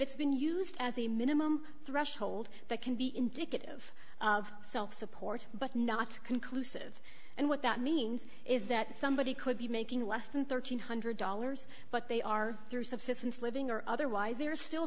it's been used as a minimum threshold that can be indicative of self support but not conclusive and what that means is that somebody could be making less than one thousand three hundred dollars but they are through subsistence living or otherwise they are still